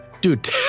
Dude